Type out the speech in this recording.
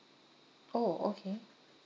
orh okay